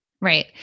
Right